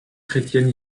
chrétienne